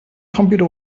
computer